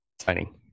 Signing